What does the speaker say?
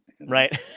right